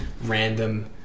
random